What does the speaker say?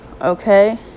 Okay